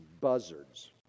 buzzards